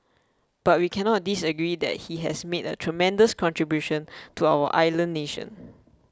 but we cannot disagree that he has made a tremendous contribution to our island nation